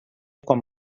com